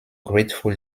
grateful